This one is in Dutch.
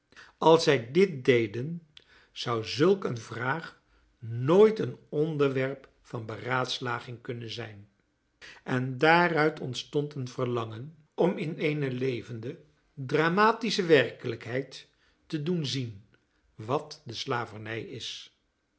als zij dit deden zou zulk een vraag nooit een onderwerp van beraadslaging kunnen zijn en daaruit ontstond een verlangen om in eene levende dramatische werkelijkheid te doen zien wat de slavernij is